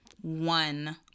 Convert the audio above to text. one